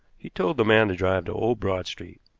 he told the man to drive to old broad street.